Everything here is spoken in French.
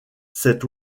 cet